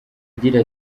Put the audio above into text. agira